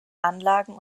anlagen